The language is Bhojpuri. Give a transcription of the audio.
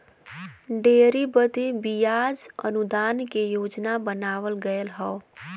डेयरी बदे बियाज अनुदान के योजना बनावल गएल हौ